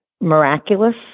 miraculous